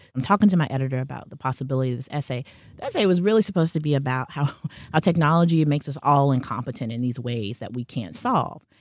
i'm talking to my editor about the possibility of this essay. the essay was really supposed to be about how ah technology makes us all incompetent in these ways that we can't solve.